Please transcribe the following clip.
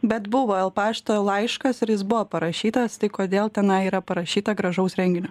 bet buvo el pašto laiškas ir jis buvo parašytas tai kodėl tenai yra parašyta gražaus renginio